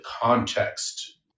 context